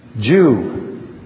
Jew